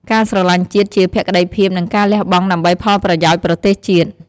ការស្រឡាញ់ជាតិជា ភក្ដីភាព និងការលះបង់ដើម្បីផលប្រយោជន៍ប្រទេសជាតិ។